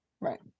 Right